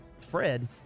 Fred